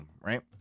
right